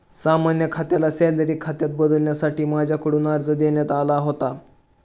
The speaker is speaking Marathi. सामान्य खात्याला सॅलरी खात्यात बदलण्यासाठी माझ्याकडून अर्ज देण्यात आला होता